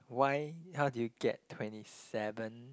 why how did you get twenty seven